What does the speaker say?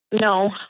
no